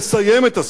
שתסיים את הסכסוך,